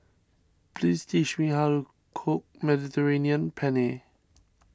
please teach me how to cook Mediterranean Penne